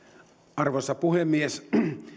arvoisa puhemies